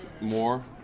more